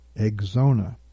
Exona